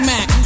Mac